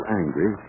angry